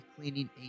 cleaning